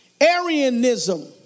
Arianism